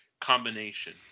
combination